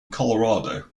colorado